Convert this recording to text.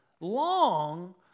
long